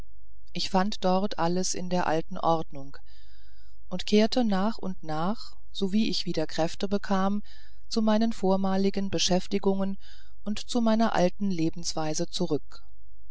ich fand dort alles in der alten ordnung und kehrte nach und nach so wie ich wieder kräfte bekam zu meinen vormaligen beschäftigungen und zu meiner alten lebensweise zurück